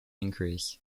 increase